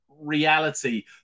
reality